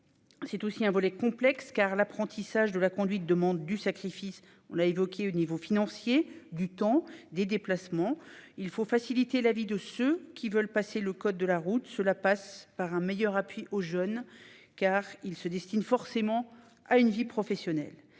C'est aussi un volet complexe, car l'apprentissage de la conduite demande des sacrifices financiers, mais aussi de son temps et de ses déplacements. Il faut faciliter la vie de ceux qui veulent passer le code de la route. Cela passe par un meilleur appui aux jeunes, qui se destinent forcément à une vie professionnelle.